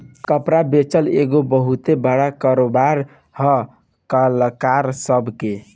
कपड़ा बेचल एगो बहुते बड़का कारोबार है कलाकार सभ के